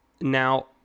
Now